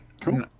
Cool